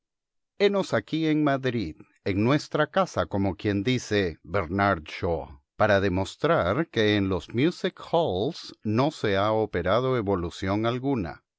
henos aquí en madrid en nuestra casa como quien dice bernard shaw para demostrar que en los music halls no se ha operado evolución alguna